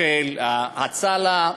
של "הצלה",